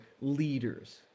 leaders